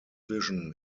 vision